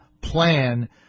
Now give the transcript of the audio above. plan